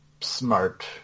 smart